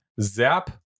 Zap